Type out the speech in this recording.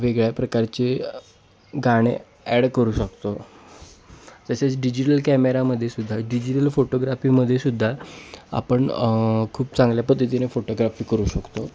वेगळ्या प्रकारचे गाणे ॲड करू शकतो तसेच डिजिटल कॅमेरामध्ये सुद्धा डिजिटल फोटोग्राफीमध्ये सुद्धा आपण खूप चांगल्या पद्धतीने फोटोग्राफी करू शकतो